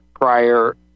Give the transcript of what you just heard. prior